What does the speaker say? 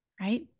Right